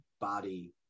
body